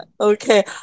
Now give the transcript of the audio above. Okay